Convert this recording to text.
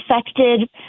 affected